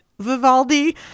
vivaldi